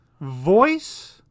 Voice